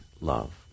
love